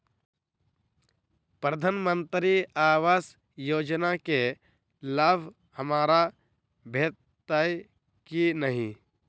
प्रधानमंत्री आवास योजना केँ लाभ हमरा भेटतय की नहि?